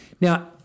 Now